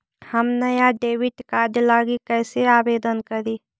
हम नया debit card लागी कईसे आवेदन करी?